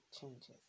changes